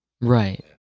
Right